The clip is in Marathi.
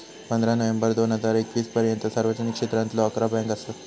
पंधरा नोव्हेंबर दोन हजार एकवीस पर्यंता सार्वजनिक क्षेत्रातलो अकरा बँका असत